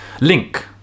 link